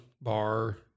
bar